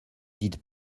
dites